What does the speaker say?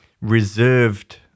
reserved